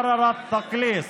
אשר מדבר בצורה נמוכה,